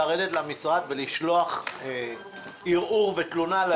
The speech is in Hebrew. לרדת למשרד ולשלוח ערעור ותלונה.